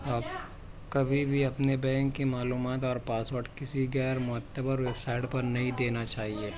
آپ کبھی بھی اپنے بینک کی معلومات اور پاسورڈ کسی غیرمعتبر ویب سائٹ پر نہیں دینا چاہیے